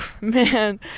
Man